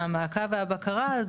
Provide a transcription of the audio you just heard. המעקב והבקרה,